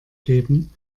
geben